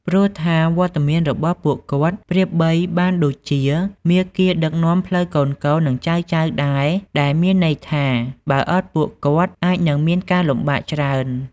ព្រោះថា វត្តមានរបស់ពួកគាត់ប្រៀបបីបានដូចជាមាគ៌ាដឹកនាំផ្លូវកូនៗ និងចៅៗដែរ ដែលមានន័យថា បើអត់ពីពួកគាត់ អាចនឹងមានការលំបាកច្រើន។